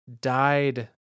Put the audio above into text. died